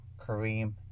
Kareem